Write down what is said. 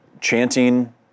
chanting